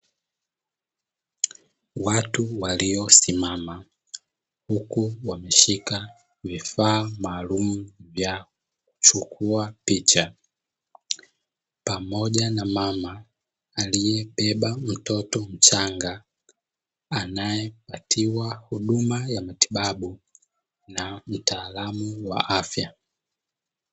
Watu waliosimama huku wameshika vifaa maalumu vya kuchukua picha pamoja na mama aliyebeba mtoto mchanga anayepatiwa huduma ya matibabu na mtaalamu wa afya.